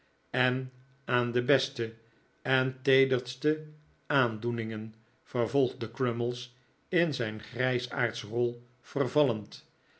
en aan de beste en teederste aandoeningen vervolgde crummies in zijn grijsaardsrol vervallend